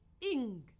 ing